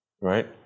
right